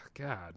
God